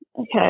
Okay